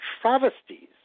travesties